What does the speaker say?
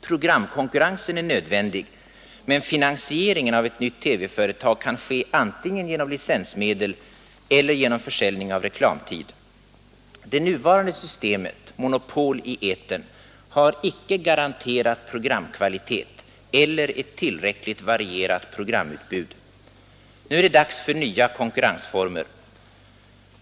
Programkonkurrensen är nödvändig, men finansieringen av ett nytt TV-företag kan ske antingen genom licensmedel eller genom försäljning av reklamtid. Det nuvarande systemet monopol i etern har icke garanterat programkvalitet eller ett tillräckligt varierat program utbud. Nu är det dags för nya konkurrensformer.